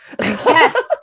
Yes